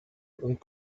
und